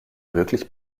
wirklich